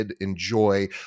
Enjoy